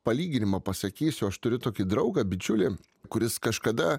palyginimą pasakysiu aš turiu tokį draugą bičiulį kuris kažkada